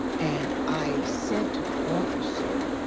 and i said to the officer,